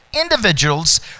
individuals